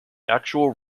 actual